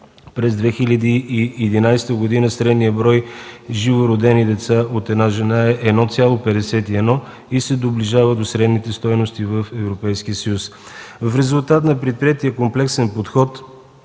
През 2011 г. средният брой живородени деца от една жена е 1,51 и се доближава до средните стойности в Европейския съюз. В резултат на предприетия комплексен подход